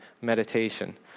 meditation